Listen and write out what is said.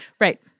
Right